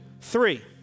three